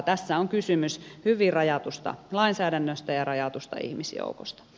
tässä on kysymys hyvin rajatusta lainsäädännöstä ja rajatusta ihmisjoukosta